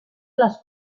las